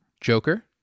Joker